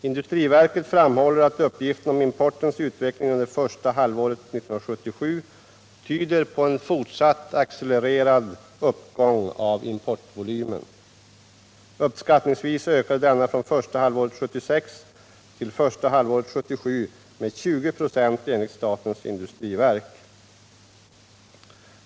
Industriverket framhåller att uppgifter om importens utveckling under första halvåret 1977 tyder på en fortsatt accelererad uppgång av importvolymen. Uppskattningsvis ökade denna från första halvåret 1976 till första halvåret 1977 med 20 96 enligt statens industriverk.